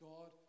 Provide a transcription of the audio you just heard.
God